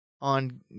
on